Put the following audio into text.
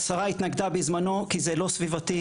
השרה התנגדה בזמנו כי זה לא סביבתי.